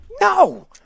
No